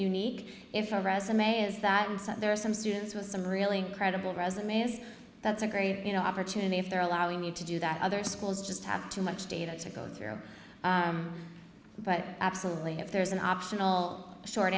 unique if a resume is that there are some students with some really incredible resumes that's a great opportunity if they're allowing you to do that other schools just have too much data to go through but absolutely if there's an optional short